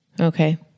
Okay